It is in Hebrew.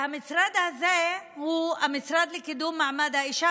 המשרד הזה הוא המשרד לקידום מעמד האישה.